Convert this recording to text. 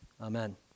Amen